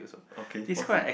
okay what's the